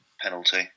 penalty